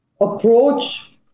approach